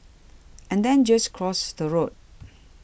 and then just cross the road